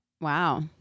Wow